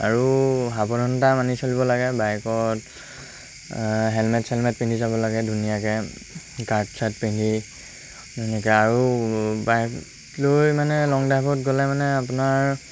আৰু সাৱধানতা মানি চলিব লাগে বাইকত হেলমেট চেলমেট পিন্ধি যাব লাগে ধুনীয়াকৈ গাৰ্ড চাৰ্ড পিন্ধি ধুনীয়াকৈ আৰু বাইক লৈ মানে লং ড্ৰাইভত গ'লে মানে আপোনাৰ